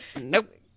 Nope